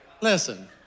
listen